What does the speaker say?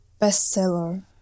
bestseller